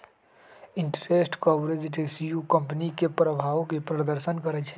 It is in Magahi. इंटरेस्ट कवरेज रेशियो कंपनी के प्रभाव के प्रदर्शन करइ छै